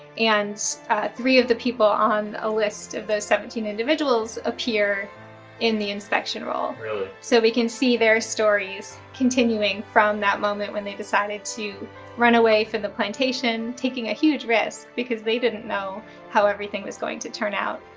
and three of the people on a list of those seventeen individuals appear in the inspection roll. really? so we can see their stories continuing from that moment when they decided to run away from the plantation, taking a huge risk, because they didn't know how everything was going to turn out,